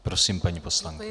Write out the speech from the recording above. Prosím, paní poslankyně.